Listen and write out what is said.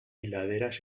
laderas